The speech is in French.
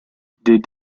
des